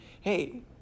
hey